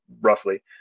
roughly